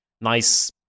nice